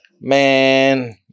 Man